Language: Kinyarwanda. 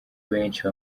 benshi